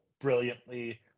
brilliantly